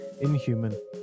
inhuman